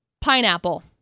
pineapple